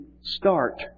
start